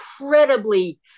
incredibly